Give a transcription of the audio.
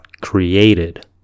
created